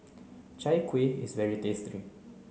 Chai kuih is very tasty